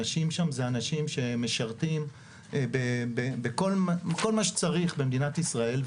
אנשים שם הם אנשים שמשרתים בכל מה שצריך במדינת ישראל.